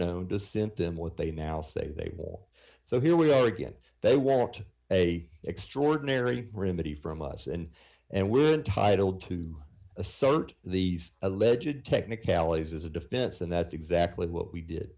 known the symptom what they now say they will so here we are again they want a extraordinary written body from us and and we're entitled to assert these alleged technicalities as a defense and that's exactly what we did